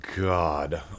God